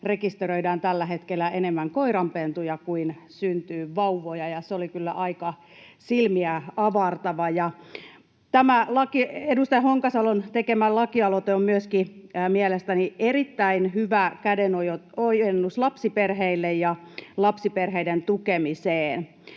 rekisteröidään tällä hetkellä enemmän koiranpentuja kuin syntyy vauvoja, ja se oli kyllä aika silmiä avartava. Tämä edustaja Honkasalon tekemä lakialoite on mielestäni myöskin erittäin hyvä kä-denojennus lapsiperheille ja lapsiperheiden tukemiseen.